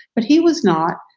but he was not.